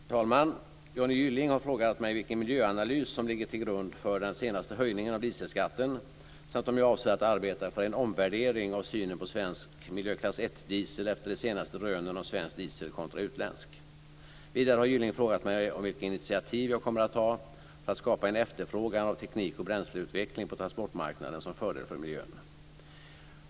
Herr talman! Johnny Gylling har frågat mig vilken miljöanalys som ligger till grund för den senaste höjningen av dieselskatten samt om jag avser att arbeta för en omvärdering av synen på svensk MK1 diesel efter de senaste rönen om svensk diesel kontra utländsk. Vidare har Gylling frågat mig om vilka initiativ jag kommer att ta för att skapa en efterfrågan av teknik och bränsleutveckling på transportmarknaden som fördel för miljön.